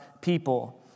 people